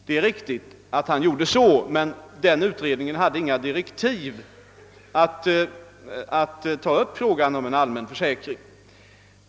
Den aktuella utredningen hade emellertid inte i sina di rektiv något uppdrag att ta upp frågan om en allmän arbetslöshetsförsäkring.